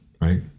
Right